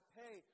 pay